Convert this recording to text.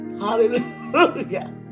Hallelujah